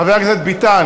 חבר הכנסת ביטן,